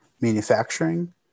manufacturing